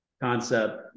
concept